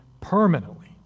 permanently